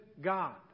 God